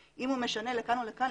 אם הוא משנה לכאן או לכאן,